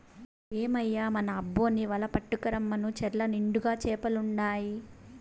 ఏమయ్యో మన అబ్బోన్ని వల పట్టుకు రమ్మను చెర్ల నిండుగా చేపలుండాయి